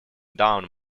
down